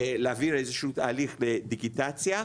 להעביר איזשהו הליך דיגיטציה,